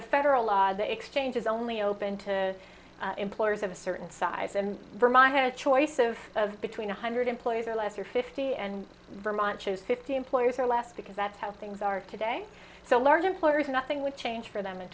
the federal law the exchanges only open to employers of a certain size and vermont had a choice of between one hundred employees or less or fifty and vermont chose fifty employees or less because that's how things are today so large employers nothing would change for them